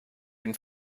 den